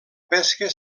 pesca